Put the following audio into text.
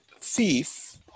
thief